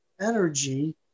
energy